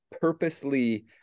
purposely